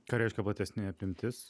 ką reiškia platesnė apimtis